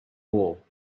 wall